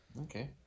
Okay